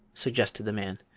suggested the man.